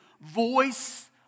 voice